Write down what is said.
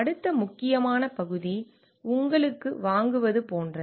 அடுத்த முக்கியமான பகுதி உங்களுக்கு வாங்குவது போன்றது